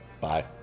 Bye